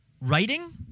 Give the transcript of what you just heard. writing